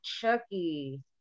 Chucky